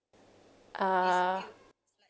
ah